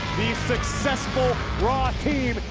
the successful raw team,